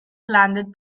landed